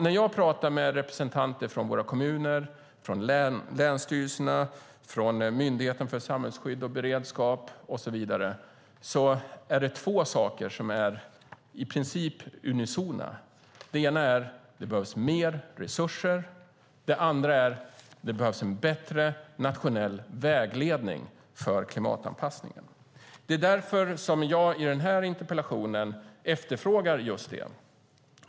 När jag pratar med representanter för våra kommuner, för länsstyrelserna, för Myndigheten för samhällsskydd och beredskap och så vidare är det två saker som är i princip unisona. Den ena är att det behövs mer resurser. Den andra är att det behövs en bättre nationell vägledning för klimatanpassningen. Det är därför som jag i den här interpellationen efterfrågar just det.